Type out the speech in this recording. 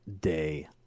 day